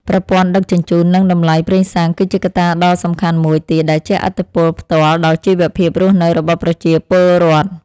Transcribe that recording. ប្រព័ន្ធដឹកជញ្ជូននិងតម្លៃប្រេងសាំង គឺជាកត្តាដ៏សំខាន់មួយទៀតដែលជះឥទ្ធិពលផ្ទាល់ដល់ជីវភាពរស់នៅរបស់ប្រជាពលរដ្ឋ។